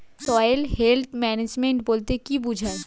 Soil health management বলতে কি বুঝায়?